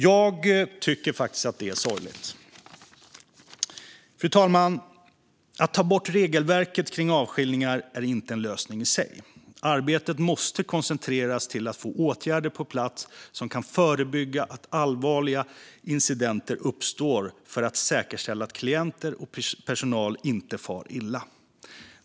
Jag tycker att det är sorgligt. Fru talman! Att ta bort regelverket kring avskiljningar är inte en lösning i sig. Arbetet måste koncentreras till att få åtgärder på plats som kan förebygga att allvarliga incidenter uppstår för att säkerställa att klienter och personal inte far illa.